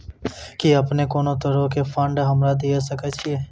कि अपने कोनो तरहो के फंड हमरा दिये सकै छिये?